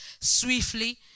swiftly